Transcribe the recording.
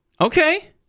Okay